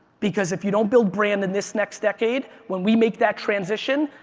because if you don't build brand in this next decade when we make that transition,